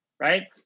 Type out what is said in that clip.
Right